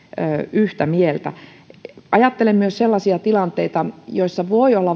yhtä mieltä ajattelen myös sellaisia tilanteita joissa voi olla